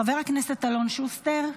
חבר הכנסת אלון שוסטר.